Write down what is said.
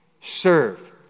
Serve